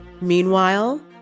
Meanwhile